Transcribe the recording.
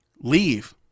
leave